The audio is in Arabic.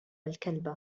الكلب